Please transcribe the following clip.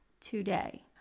today